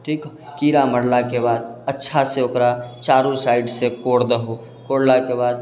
ठीक कीड़ा मरलाके बाद अच्छासँ ओकरा चारू साइडसँ कोड़ि दहऽ कोड़लाके बाद